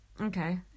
Okay